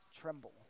tremble